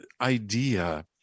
idea